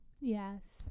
Yes